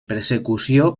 persecució